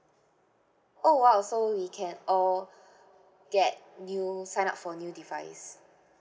oh !wow! so we can all get new sign up for new device